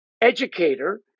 educator